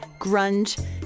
grunge